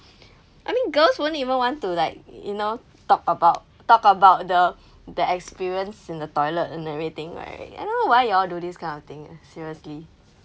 I mean girls won't even want to like you know talk about talk about the the experience in the toilet and everything right I don't know why you all do thing kind of thing ah seriously